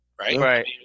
Right